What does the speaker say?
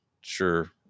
sure